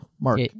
Mark